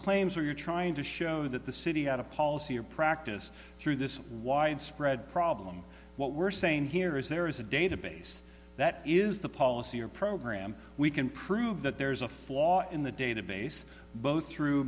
claims where you're trying to show that the city had a policy or practice through this widespread problem what we're saying here is there is a database that is the policy or program we can prove that there is a flaw in the database both through